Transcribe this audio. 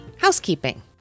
housekeeping